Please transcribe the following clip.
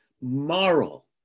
moral